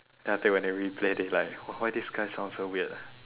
then after that when you replay they like why why this guy sound so weird